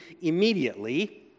Immediately